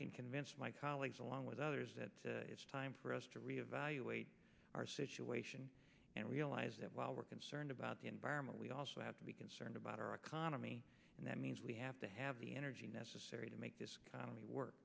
can convince my colleagues along with others that it's time for us to re evaluate our situation and realize that while we're concerned about the environment we also have to be concerned about our economy and that means we have to have the energy necessary to make this economy work